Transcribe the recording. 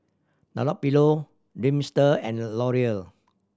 Dunlopillo Dreamster and Laurier